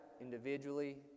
individually